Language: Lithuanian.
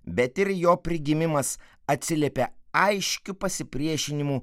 bet ir jo prigimimas atsiliepia aiškiu pasipriešinimu